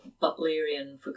Butlerian